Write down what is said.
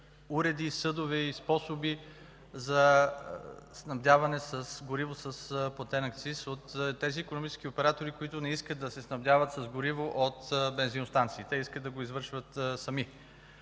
уреди, съдове и способи за снабдяване с гориво с платен акциз от тези икономически оператори, които не искат да се снабдяват с гориво от бензиностанции. Те искат да го извършват сами.